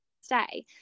stay